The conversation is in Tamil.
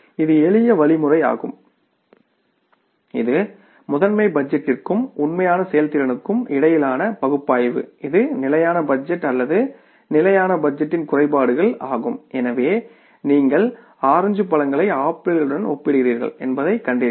இது எளிய வழிமுறையாகும் இது மாஸ்டர் பட்ஜெட்டிற்கும் உண்மையான செயல்திறனுக்கும் இடையிலான பகுப்பாய்வு இது ஸ்டாடிக் பட்ஜெட் அல்லது ஸ்டாடிக் பட்ஜெட்டின் குறைபாடுகள் ஆகும் எனவே நீங்கள் ஆரஞ்சு பழங்களை ஆப்பிளுடன் ஒப்பிடுகிறீர்கள் என்பதைக் கண்டறியலாம்